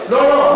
לא לא,